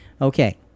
Okay